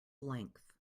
length